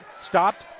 stopped